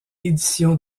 éditions